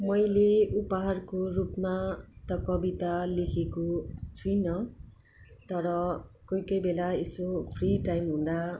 मैले उपहारको रूपमा त कविता लेखेको छुइँन तर कोही कोही बेला यसो फ्री टाइम हुँदा